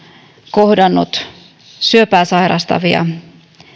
kohdannut syöpää sairastavia